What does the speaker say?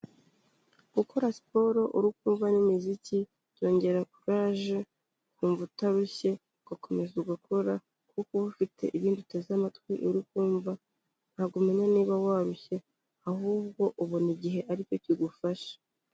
Gukora siporo uri kumva n'imiziki byongera courage ukumva utarushye, ugakomeza ugakora, kuko uba ufite ibindi uteze amatwi uri ukumva, ntabwo umenya niba warushye ahubwo ubona igihe aricyo kigufashe.